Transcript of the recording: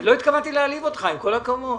לא התכוונתי להעליב אותך, עם כל הכבוד.